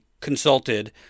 consulted